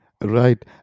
Right